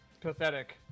pathetic